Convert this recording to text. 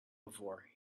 before